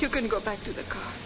you can go back to the c